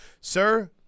Sir